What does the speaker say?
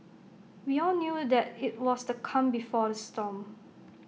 we all knew that IT was the calm before the storm